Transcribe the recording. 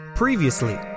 Previously